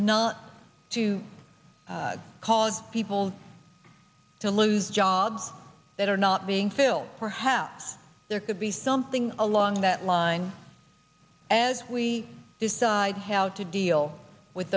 not to cause people to lose jobs that are not being filled perhaps there could be something along that line as we decide how to deal with